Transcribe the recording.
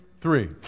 three